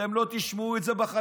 אתם לא תשמעו את זה בחדשות,